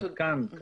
עד כאן.